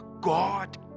God